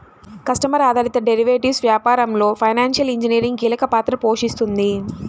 customer ఆధారిత derivatives financial ఫైనాన్షియల్ ఇంజనీరింగ్ కీలక పాత్ర పోషిస్తుంది